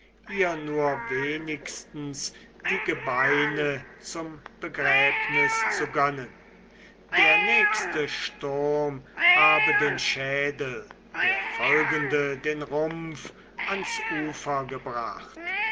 ihr nur wenigstens die gebeine zum begräbnis zu gönnen der nächste sturm habe den schädel der folgende den rumpf ans ufer gebracht